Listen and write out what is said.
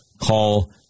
Call